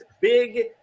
big